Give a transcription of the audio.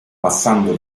passando